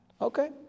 Okay